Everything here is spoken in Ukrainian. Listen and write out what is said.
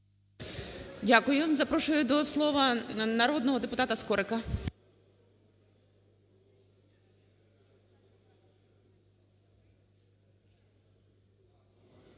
Дякую. Запрошую до слова народного депутата Романову.